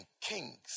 kings